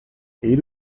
hiru